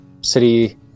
city